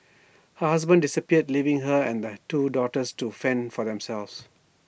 her husband disappeared leaving her and that two daughters to fend for themselves